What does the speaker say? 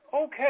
Okay